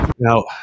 Now